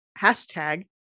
hashtag